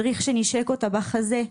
מדריך שנישק אותה בחזה.